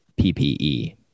PPE